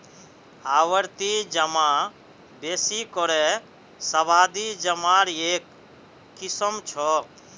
आवर्ती जमा बेसि करे सावधि जमार एक किस्म छ